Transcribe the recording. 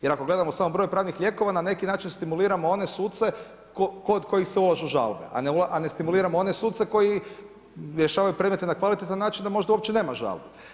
Jer ako gledamo samo broj pravnih lijekova, na neki način stimuliramo one suce kod kojih se ulažu žalbe, a ne stimuliramo one suce koji rješavaju predmete na kvalitetan način da možda uopće nema žalbe.